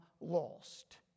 lost